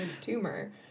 tumor